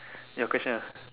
your question ah